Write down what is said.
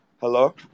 Hello